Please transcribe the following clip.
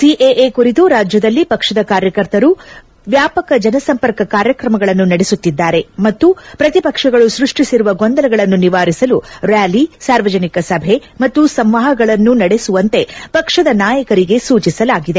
CAA ಕುರಿತು ರಾಜ್ಯದಲ್ಲಿ ಪಕ್ಷದ ಕಾರ್ಯಕರ್ತರು ವ್ಯಾಪಕ ಜನಸಂಪರ್ಕ ಕಾರ್ಯಕ್ರಮಗಳನ್ನು ನಡೆಸುತ್ತಿದ್ದಾರೆ ಮತ್ತು ಪ್ರತಿಪಕ್ಷಗಳು ಸೃಷ್ಷಿಸಿರುವ ಗೊಂದಲಗಳನ್ನು ನಿವಾರಿಸಲು ರ್ಯಾಲಿ ಸಾರ್ವಜನಿಕ ಸಭೆ ಮತ್ತು ಸಂವಾಗಳನ್ನು ನಡೆಸುವಂತೆ ಪಕ್ಷದ ನಾಯಕರಿಗೆ ಸೂಚಿಸಲಾಗಿದೆ